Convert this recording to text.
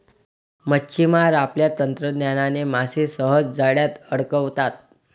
मच्छिमार आपल्या तंत्रज्ञानाने मासे सहज जाळ्यात अडकवतात